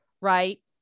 right